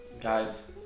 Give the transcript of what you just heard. Guys